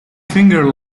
finger